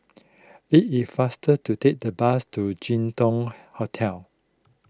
it if faster to take the bus to Jin Dong Hotel